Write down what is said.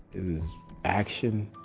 it was action.